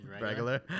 regular